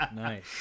nice